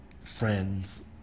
friends